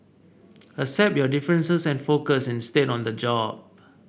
accept your differences and focus instead on the job